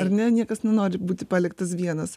ar ne niekas nenori būti paliktas vienas